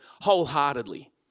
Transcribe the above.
wholeheartedly